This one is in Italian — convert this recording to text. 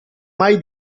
mai